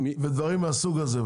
ועוד דברים מהסוג הזה.